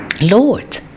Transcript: Lord